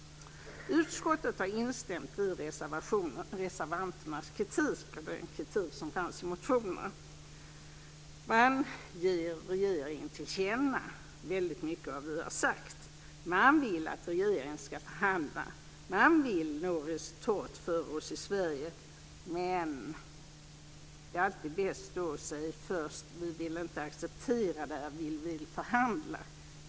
Utskottet har instämt i reservanternas kritik och den kritik som fanns i motionerna. Man ger regeringen till känna väldigt mycket av vad vi har sagt. Man vill att regeringen ska förhandla, och man vill nå resultat för oss i Sverige, men det är alltid bäst att säga först att man inte vill acceptera något utan vill förhandla.